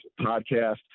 podcast